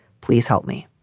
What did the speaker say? please help me